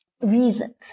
reasons